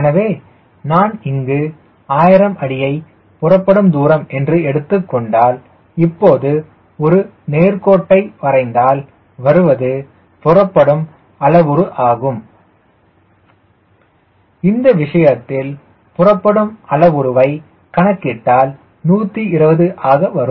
எனவே நான் இங்கு 1000 அடியை புறப்படும் தூரம் என்று எடுத்துக்கொண்டால் இப்போது ஒரு நேர்கோட்டை வரைந்தால் வருவது புறப்படும் அளவுரு ஆகும் இந்த விஷயத்தில் புறப்படும் அளவுருவை கணக்கிட்டால் 120 ஆக வரும்